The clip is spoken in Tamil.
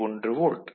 1 வோல்ட்